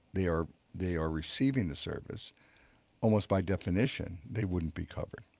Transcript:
they are they are receiving the service almost by definition they wouldn't be covered.